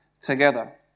together